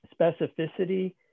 specificity